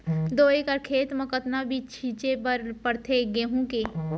दो एकड़ खेत म कतना बीज छिंचे बर पड़थे गेहूँ के?